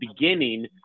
beginning